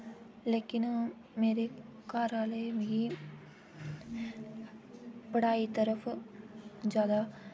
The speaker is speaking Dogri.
लेकिन मेरे घर आह्ले मिगी पढ़ाई तरफ जैदा भेजदे न